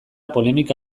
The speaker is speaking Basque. polemika